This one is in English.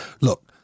Look